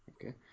okay